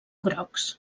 grocs